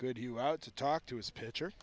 good you out to talk to his pitcher